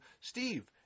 steve